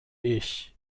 ich